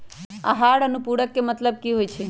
आहार अनुपूरक के मतलब की होइ छई?